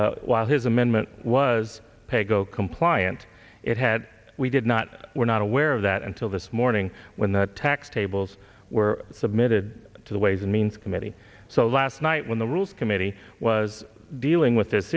that while his amendment was paygo compliant it had we did not were not aware of that until this morning when the tax tables were submitted to the ways and means committee so last night when the rules committee was dealing with this